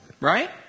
right